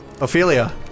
Ophelia